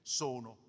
sono